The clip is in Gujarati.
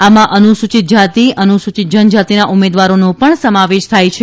આમાં અનુસૂચિત જાતિ અનસૂચિત જનજાતિના ઉમેદવારોનો ણ સમાવેશ થાય છે